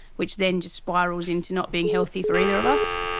which then just spirals into not being healthy for either of us.